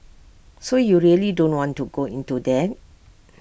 so you really don't want to go into that